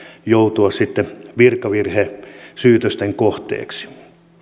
joutua sitten virkavirhesyytösten kohteeksi